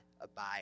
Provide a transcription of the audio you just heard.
abide